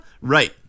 Right